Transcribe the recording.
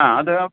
ആ അത്